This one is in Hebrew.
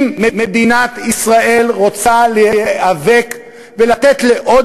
אם מדינת ישראל רוצה להיאבק ולתת לעוד